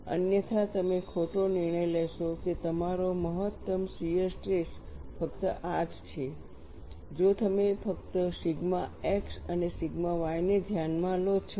અન્યથા તમે ખોટો નિર્ણય લેશો કે તમારો મહત્તમ શિયર સ્ટ્રેસ ફક્ત આ જ છે જો તમે ફક્ત સિગ્મા x અને સિગ્મા y ને ધ્યાનમાં લો છો